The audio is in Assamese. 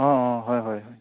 অঁ অঁ হয় হয় হয়